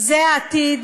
זה העתיד.